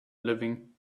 living